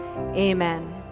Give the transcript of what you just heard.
Amen